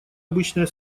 обычная